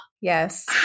yes